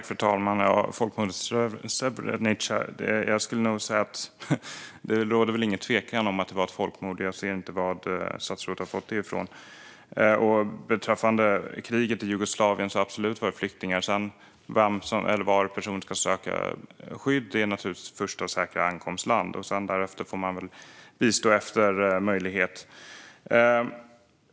Fru talman! Det råder inget tvivel om att det som skedde i Srebrenica var ett folkmord. Jag kan inte se varifrån statsrådet fått det han säger. Beträffande kriget i Jugoslavien var det absolut fråga om flyktingar. Svaret på frågan var en person ska söka skydd är naturligtvis första säkra ankomstland. Därefter får man väl bistå efter möjlighet.